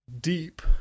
deep